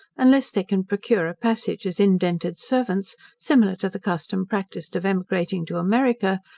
unless they can procure a passage as indented servants similar to the custom practised of emigrating to america,